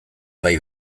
bai